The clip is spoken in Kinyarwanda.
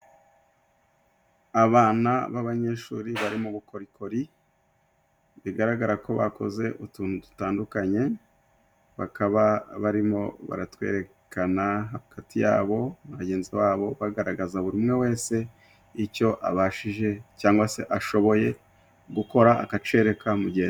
Abana b'abanyeshuri bari mu bukorikori bigaragara ko bakoze utuntu dutandukanye bakaba barimo baratwerekana hagati yabo na bagenzi babo bagaragaza buri umwe wese icyo abashije cyangwa se ashoboye gukora agacereka mugenzi.